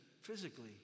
physically